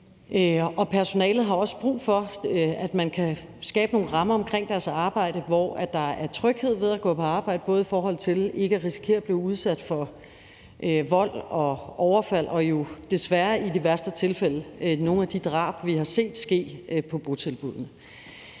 Personalet har også brug for, at man kan skabe nogle rammer omkring deres arbejde, hvor der er tryghed ved at gå på arbejde både i forhold til ikke at risikere at blive udsat for vold og overfald og i forhold til jo desværre i de værste tilfælde at blive dræbt, som vi har set nogle blive på botilbuddene.